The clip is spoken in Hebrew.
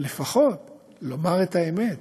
אבל לפחות לומר את האמת